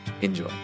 Enjoy